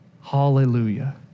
hallelujah